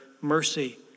mercy